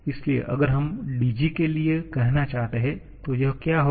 इसलिए अगर हम dg के लिए कहना चाहते हैं तो यह क्या होगा